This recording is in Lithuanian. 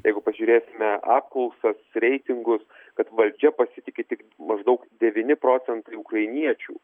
jeigu pažiūrėsime apklausas reitingus kad valdžia pasitiki tik maždaug devyni procentai ukrainiečių